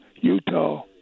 Utah